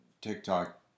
TikTok